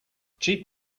cheap